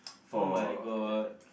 oh-my-god